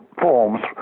forms